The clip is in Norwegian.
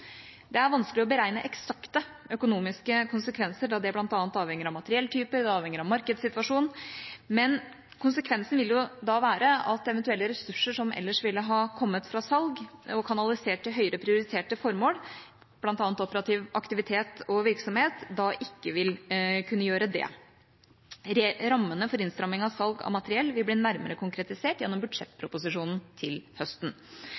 Det er vanskelig å beregne eksakte økonomiske konsekvenser da det bl.a. avhenger av materielltype, det avhenger av markedssituasjonen, men konsekvensen vil jo være at eventuelle ressurser som ellers ville ha kommet fra salg og blitt kanalisert til høyere prioriterte formål, bl.a. operativ aktivitet og virksomhet, da ikke vil kunne gjøre det. Rammene for innstramming av salg av materiell vil bli nærmere konkretisert gjennom budsjettproposisjonen til høsten.